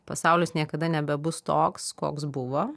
pasaulis niekada nebebus toks koks buvo